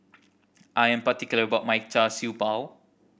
I am particular about my Char Siew Bao